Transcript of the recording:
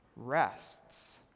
rests